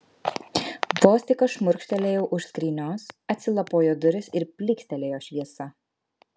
vos tik aš šmurkštelėjau už skrynios atsilapojo durys ir plykstelėjo šviesa